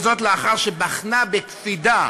וזאת לאחר שבחנה בקפידה